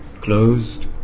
closed